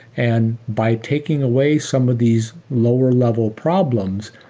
and by taking away some of these lower-level problems,